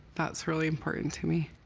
that's really important to me.